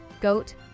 goat